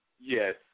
Yes